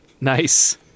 Nice